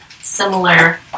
similar